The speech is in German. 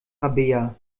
rabea